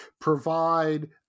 provide